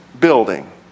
building